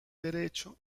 derecho